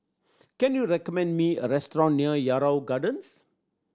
can you recommend me a restaurant near Yarrow Gardens